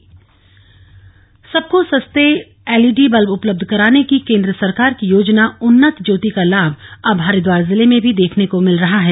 उजाला योजना सबको सस्ते एलईडी बल्ब उपलब्ध कराने की केन्द्र सरकार की योजना उन्नत ज्योति का लाम अब हरिद्वार जिले में भी देखने को मिल रहा है